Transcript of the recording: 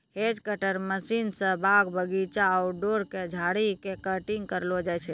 hedge cutter machine स बाग बगीचा, आउटडोर के झाड़ी के कटिंग करलो जाय छै